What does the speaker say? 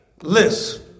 list